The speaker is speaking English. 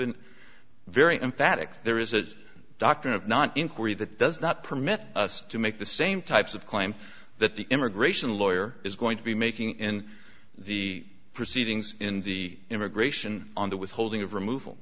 been very emphatic there is a doctrine of not inquiry that does not permit us to make the same types of claim that the immigration lawyer is going to be making in the proceedings in the immigration on the withholding of remov